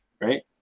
right